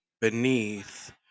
beneath